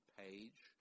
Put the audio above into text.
page